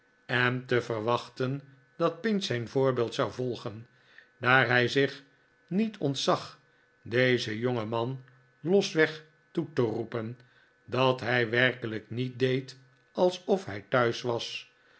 en te verwachten dat pinch zijn voorbeeld zou volgen daar hij zich niet ontzag dezen jongeman losweg toe te roepen dat hij werkelijk niet deed alsof hij thuis was